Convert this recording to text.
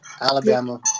Alabama